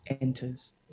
enters